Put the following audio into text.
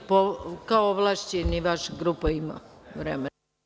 Kao ovlašćeni, vaša grupa ima vremena.